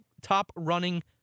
top-running